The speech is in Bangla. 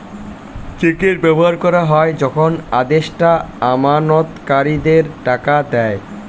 চেকের ব্যবহার করা হয় যখন আদেষ্টা আমানতকারীদের টাকা দেয়